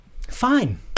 Fine